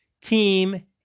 team